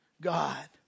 God